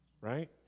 Right